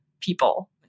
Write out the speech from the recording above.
people